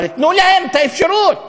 אבל תנו להם אפשרות להתרחב.